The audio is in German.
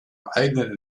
eigenen